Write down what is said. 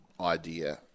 idea